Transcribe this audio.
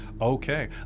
Okay